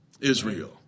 Israel